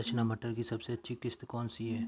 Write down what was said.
रचना मटर की सबसे अच्छी किश्त कौन सी है?